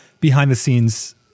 behind-the-scenes